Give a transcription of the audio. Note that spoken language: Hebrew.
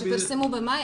הם פורסמו במאי.